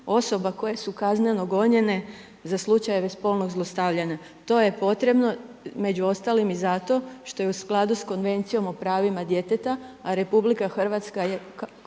osoba koje su kazneno gonjene za slučajeve spolnog zlostavljanja. To je potrebno među ostalim i zato što je u skladu sa Konvencijom o pravima djeteta a RH je